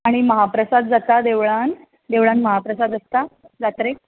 आनी महाप्रसाद जाता देवळांत देवळांत महाप्रसाद आसता जात्रेक